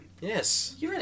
Yes